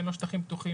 אין לו שטחים פתוחים,